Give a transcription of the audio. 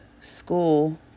...school